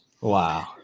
Wow